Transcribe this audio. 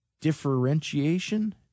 differentiation